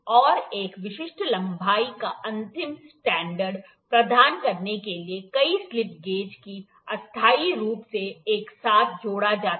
और एक विशिष्ट लंबाई का अंतिम स्टैंडर्ड प्रदान करने के लिए कई स्लिप गेज को अस्थायी रूप से एक साथ जोड़ा जाता है